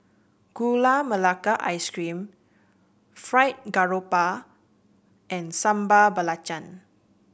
Gula Melaka Ice Cream Fried Garoupa and Sambal Belacan